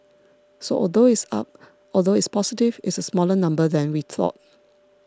so although it's up although it's positive it's a smaller number than we thought